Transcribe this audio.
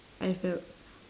I felt